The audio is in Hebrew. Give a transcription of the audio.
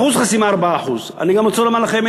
אחוז חסימה 4%. אני גם רוצה להגיד לכם,